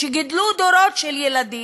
שבה גידלו דורות של ילדים,